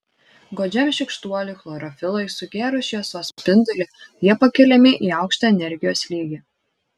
godžiam šykštuoliui chlorofilui sugėrus šviesos spindulį jie pakeliami į aukštą energijos lygį